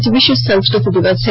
आज विश्व संस्कृत दिवस है